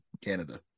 Canada